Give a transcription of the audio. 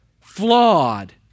flawed